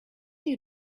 you